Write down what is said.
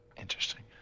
Interesting